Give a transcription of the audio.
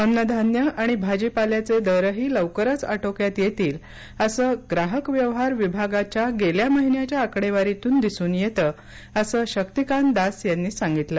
अन्नधान्यं आणि भाजीपाल्याचे दरही लवकरच आटोक्यात येतील असं ग्राहक व्यवहार विभागाच्या गेल्या महिन्याच्या आकडेवारीतून दिसून येतं असं शक्तीकांत दास यांनी सांगितलं